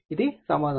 ఇది సమాధానం